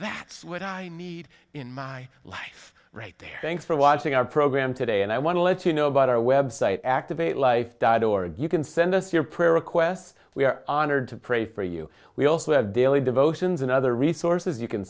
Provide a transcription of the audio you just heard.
that's what i need in my life right there thanks for watching our program today and i want to let you know about our web site activate life died or you can send us your prayer requests we are honored to pray for you we also have daily devotions and other resources you can